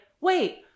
wait